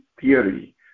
theory